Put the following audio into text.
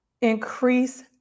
increase